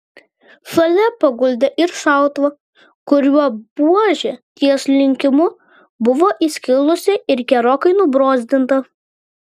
šalia paguldė ir šautuvą kurio buožė ties linkimu buvo įskilusi ir gerokai nubrozdinta